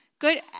Good